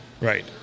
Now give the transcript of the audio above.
Right